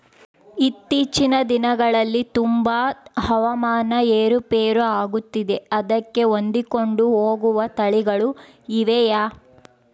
ಇತ್ತೇಚಿನ ದಿನಗಳಲ್ಲಿ ತುಂಬಾ ಹವಾಮಾನ ಏರು ಪೇರು ಆಗುತ್ತಿದೆ ಅದಕ್ಕೆ ಹೊಂದಿಕೊಂಡು ಹೋಗುವ ತಳಿಗಳು ಇವೆಯಾ?